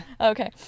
Okay